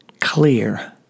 clear